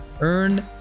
Earn